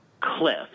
cliff